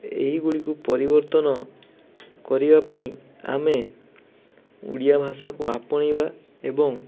ଏହି ଗୁଡ଼ିକୁ ପରିବର୍ତ୍ତନ କରିବା ପାଇଁ ଆମେ ଓଡ଼ିଆ ଭାଷାକୁ ଆପଣାଇବା ଏବଂ